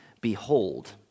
behold